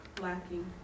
Lacking